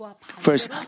First